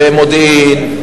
במודיעין,